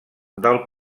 del